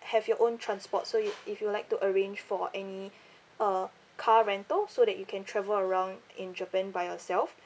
have your own transport so you if you would like to arrange for any uh car rental so that you can travel around in japan by yourself